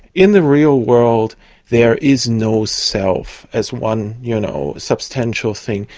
in the real world there is no self as one you know substantial thing.